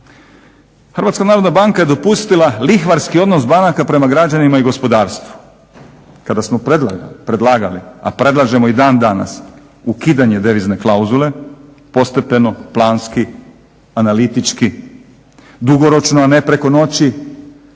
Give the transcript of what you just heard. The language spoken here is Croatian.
HNB je dopustila lihvarski odnos banaka prema građanima i gospodarstvu. Kada smo predlagali, a predlažemo i dan danas ukidanje devizne klauzule postepeno, planski, analitički, dugoročno a ne preko noći.